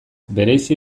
bereizi